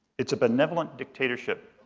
it's a benevolent dictatorship.